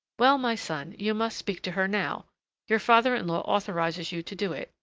well, my son, you must speak to her now your father-in-law authorizes you to do it.